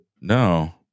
no